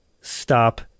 stop